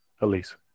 Elise